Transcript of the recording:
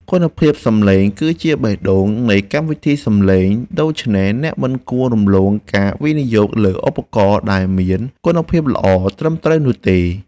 គុណភាពសំឡេងគឺជាបេះដូងនៃកម្មវិធីសំឡេងដូច្នេះអ្នកមិនគួររំលងការវិនិយោគលើឧបករណ៍ដែលមានគុណភាពល្អត្រឹមត្រូវនោះទេ។